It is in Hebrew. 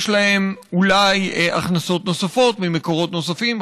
יש להם, אולי, הכנסות נוספות ממקורות נוספים.